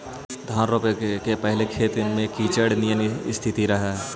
धान रोपे के पहिले खेत में कीचड़ निअन स्थिति रहऽ हइ